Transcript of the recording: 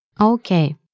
Okay